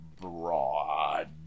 broad